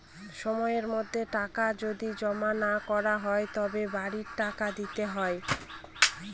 সময়ের মধ্যে টাকা যদি জমা না করা হয় তবে বাড়তি টাকা দিতে হয়